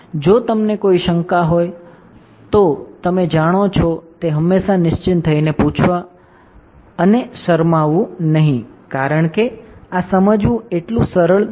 જો તમને કોઈ શંકા હોય તો તમે જાણો છો તે હંમેશા નિસ્ચિંત થઈને પૂછવા અને શરમાવું નહીં કારણ કે આ સમજવું એટલું સરળ નથી